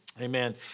Amen